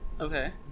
okay